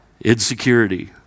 Insecurity